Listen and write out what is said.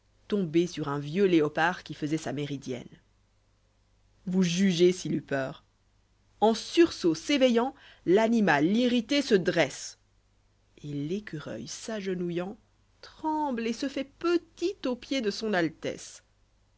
tomber sur un vieux léopard qui faisoit sa méridienne vous jugez s'il eût peur en sursaut s'éveillant l'animal irrité se dresse et l'écureuil s'agénouillant tremble et se fait petit aux pieds de son altesse